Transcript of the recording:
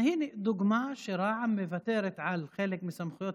הינה דוגמה שרע"מ מוותרת על חלק מסמכויות